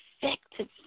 effectively